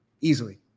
easily